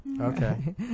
okay